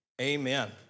amen